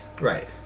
Right